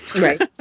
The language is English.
Right